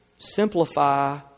Simplify